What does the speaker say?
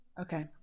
Okay